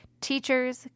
teachers